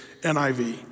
NIV